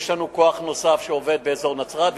יש לנו כוח נוסף שעובד באזור נצרת,